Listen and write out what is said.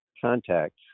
contacts